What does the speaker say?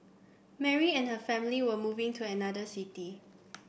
Mary and her family were moving to another city